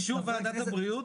זה בא לאישור ועדת הבריאות?